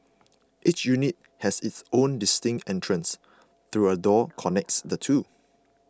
each unit has its own distinct entrance though a door connects the two